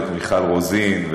ואת מיכל רוזין,